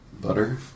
Butter